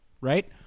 Right